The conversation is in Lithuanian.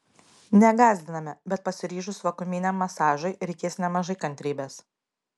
negąsdiname bet pasiryžus vakuuminiam masažui reikės nemažai kantrybės